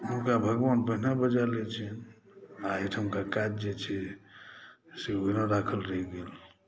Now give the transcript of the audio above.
हुनका भगवान पहिने बजा लैत छै आ एहिठमका काज जे छै से ओहिना राखल रहि गेल